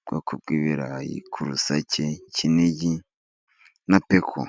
ubwoko bw'ibirayi: kurusake, kinigi, na peko.